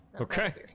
Okay